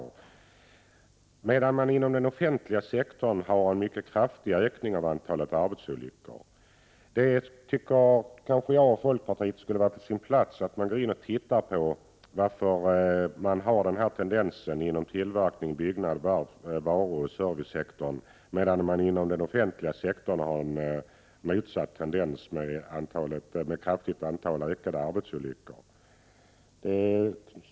Däremot har man i den offentliga sektorn haft en mycket kraftig ökning av antalet arbetsolyckor. Vi i folkpartiet tycker att det vore på sin plats att gå in och titta på varför man har denna tendens inom tillverknings-, byggnads-, varuoch servicesektorerna, medan man inom den offentliga sektorn har motsatt tendens.